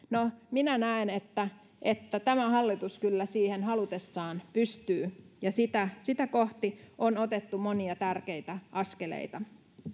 minä näen että että tämä hallitus kyllä siihen halutessaan pystyy ja sitä kohti on otettu monia tärkeitä askeleita